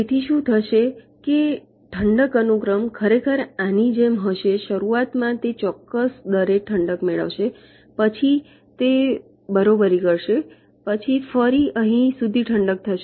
તેથી શું થશે તે છે કે ઠંડક અનુક્રમ ખરેખર આની જેમ હશે શરૂઆતમાં તે ચોક્કસ દરે ઠંડક મેળવશે પછી તે બરોબરી કરશે પછી ફરી અહીં સુધી ઠંડક થશે